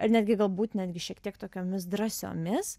ar netgi galbūt netgi šiek tiek tokiomis drąsiomis